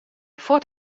fuort